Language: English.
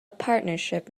partnership